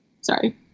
Sorry